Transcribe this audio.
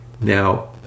Now